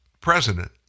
president